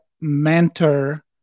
mentor